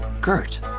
Gert